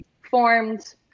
formed